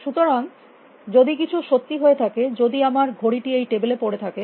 সুতরাং যদি কিছু সত্যি হয়ে থাকে যদি আমার ঘড়িটি এই টেবিলে পড়ে থাকে